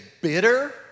bitter